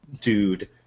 dude